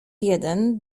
jeden